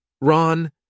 Ron